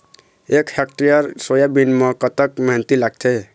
एक hectare soybean म कतक मेहनती लागथे?